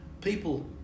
people